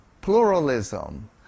pluralism